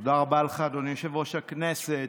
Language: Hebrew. תודה רבה לך, אדוני יושב-ראש הישיבה.